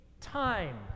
time